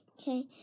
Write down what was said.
Okay